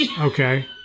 Okay